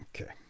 Okay